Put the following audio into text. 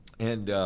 and